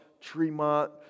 Tremont